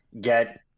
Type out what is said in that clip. get